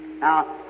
Now